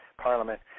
parliament